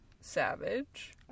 savage